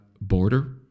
border